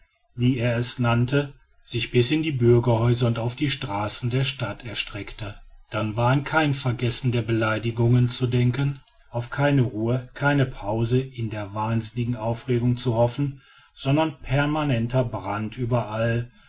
wie er es nannte sich bis in die bürgerhäuser und auf die straßen der stadt erstreckte dann war an kein vergessen der beleidigungen zu denken auf keine ruhe keine pause in der wahnsinnigen aufregung zu hoffen sondern permanenter brand überall